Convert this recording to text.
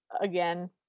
again